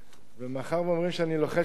ומאחר שאומרים שאני לוחש על אוזנו,